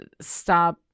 stop